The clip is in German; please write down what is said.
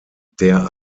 der